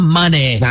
money